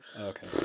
Okay